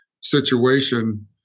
situation